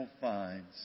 finds